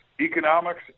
economics